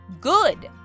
Good